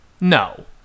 no